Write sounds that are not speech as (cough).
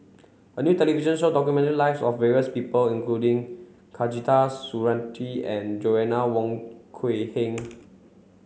a new television show documented lives of various people including (unintelligible) Surattee and Joanna Wong Quee Heng